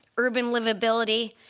urban livability,